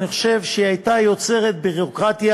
אני חושב שהייתה יוצרת ביורוקרטיה